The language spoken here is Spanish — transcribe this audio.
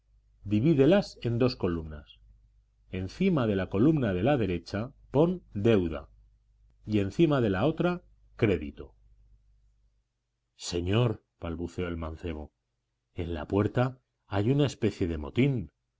divídelas en dos columnas encima de la columna de la derecha pon deuda y encima de la otra crédito señor balbuceó el mancebo en la puerta hay una especie de motín